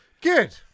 good